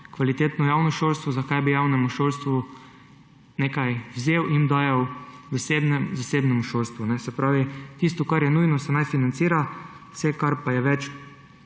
kvalitetno javno šolstvo, zakaj bi javnemu šolstvu nekaj vzel in dajal zasebnemu šolstvu. Se pravi, tisto kar je nujno, se naj financira, vse kar pa je več,